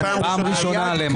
פעם ראשונה למתן.